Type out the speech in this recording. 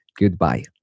Goodbye